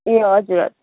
ए हजुर